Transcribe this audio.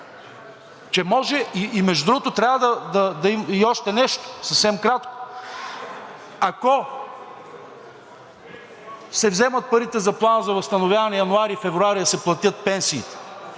е пробит и между другото, трябва... И още нещо съвсем кратко. Ако се вземат парите от Плана за възстановяване за януари, февруари да се платят пенсиите,